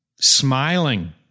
smiling